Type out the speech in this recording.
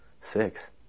Six